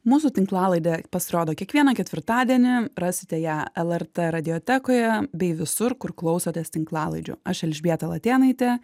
mūsų tinklalaidė pasirodo kiekvieną ketvirtadienį rasite ją lrt radiotekoje bei visur kur klausotės tinklalaidžių aš elžbieta latėnaitė